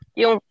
yung